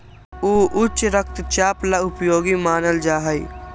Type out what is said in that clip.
ऊ उच्च रक्तचाप ला उपयोगी मानल जाहई